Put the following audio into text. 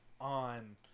on